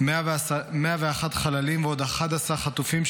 101 חללים ועוד 11 חטופים,